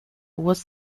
was